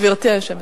גברתי היושבת-ראש.